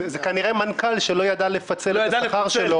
כנראה זה מנכ"ל שלא ידע לפצל את השכר שלו